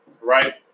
Right